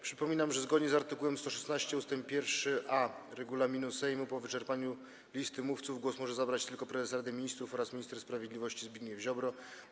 Przypominam, że zgodnie z art. 116 ust. 1a regulaminu Sejmu po wyczerpaniu listy mówców głos może zabrać tylko prezes Rady Ministrów oraz minister sprawiedliwości Zbigniew Ziobro.